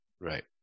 Right